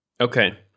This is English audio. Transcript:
Okay